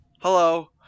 Hello